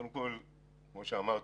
כמו שאמרתי,